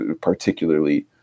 particularly